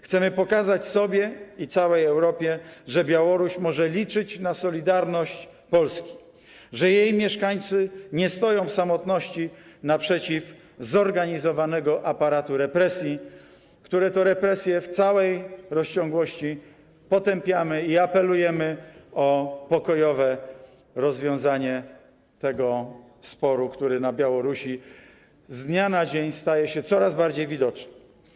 Chcemy pokazać sobie i całej Europie, że Białoruś może liczyć na solidarność Polski, że jej mieszkańcy nie stoją w samotności naprzeciw zorganizowanego aparatu represji, które to represje w całej rozciągłości potępiamy i apelujemy o pokojowe rozwiązanie tego sporu, który na Białorusi z dnia na dzień staje się coraz bardziej widoczny.